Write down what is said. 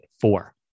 four